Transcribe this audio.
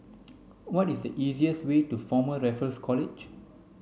what is the easiest way to Former Raffles College